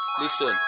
Listen